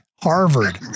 Harvard